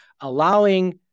allowing